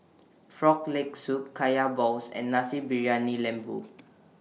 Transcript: Frog Leg Soup Kaya Balls and Nasi Briyani Lembu